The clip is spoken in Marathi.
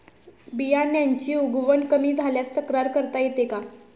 बियाण्यांची उगवण कमी झाल्यास तक्रार करता येते का?